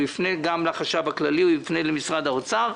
הוא יפנה גם לחשב הכללי, הוא יפנה למשרד האוצר.